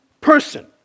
person